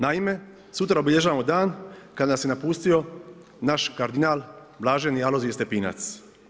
Naime, sutra obilježavamo dan kad nas je napustio naš kardinal blaženi Alojzije Stepinac.